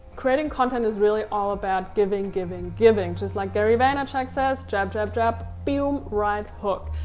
creating content is really all about giving, giving, giving. just like gary vaynerchuk says. jab, jab, jab, boom, right hook.